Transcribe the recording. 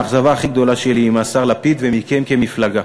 האכזבה הכי גדולה שלי היא מהשר לפיד ומכם, כמפלגה,